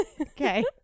Okay